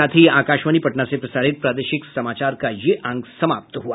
इसके साथ ही आकाशवाणी पटना से प्रसारित प्रादेशिक समाचार का ये अंक समाप्त हुआ